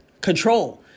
control